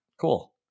Cool